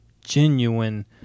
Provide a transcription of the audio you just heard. genuine